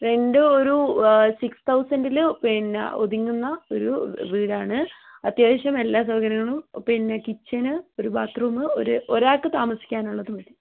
rent ഒരു six തൗസൻഡിൽ പിന്നെ ഒതുങ്ങുന്ന ഒരു വീട് ആണ് അത്യാവശ്യം എല്ലാ സൗകര്യങ്ങളും പിന്നെ ഒരു കിച്ചൻ ഒരു ബാത്രൂം ഒരാൾക്ക് താമസിക്കാൻ ഉള്ളത് മതി